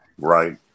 Right